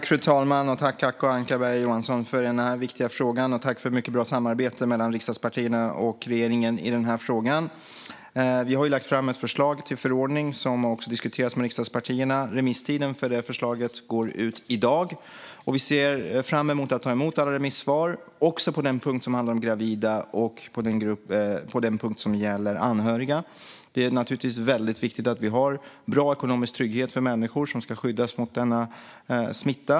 Fru talman! Tack, Acko Ankarberg Johansson, för den viktiga frågan, och tack för ett mycket bra samarbete mellan riksdagspartierna och regeringen i den här frågan! Vi har lagt fram ett förslag till förordning som diskuterats med riksdagspartierna. Remisstiden för det förslaget går ut i dag. Vi ser fram emot att ta emot alla remissvar också på den punkt som handlar om gravida och den punkt som gäller anhöriga. Det är naturligtvis väldigt viktigt att vi har bra ekonomisk trygghet för människor som ska skyddas mot denna smitta.